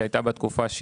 פה